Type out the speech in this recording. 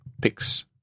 Picks